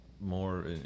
More